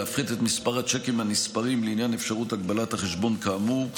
להפחית את מספר הצ'קים הנספרים לעניין אפשרות הגבלת החשבון כאמור.